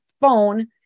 phone